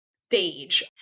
stage